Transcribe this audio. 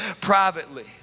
privately